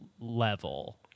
level